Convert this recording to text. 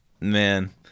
man